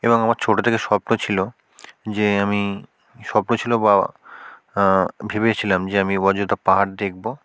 এবং আমার ছোট থেকে স্বপ্ন ছিল যে আমি স্বপ্ন ছিল বা ভেবেছিলাম যে আমি অযোধ্যা পাহাড় দেখব